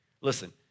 Listen